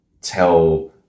tell